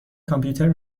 کامپیوترم